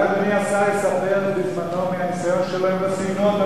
אולי אדוני השר יספר מהניסיון שלו בזמנו עם,